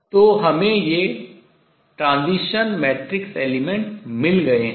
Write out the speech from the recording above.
तो हमें ये transition matrix element संक्रमण मैट्रिक्स तत्व मिल गए हैं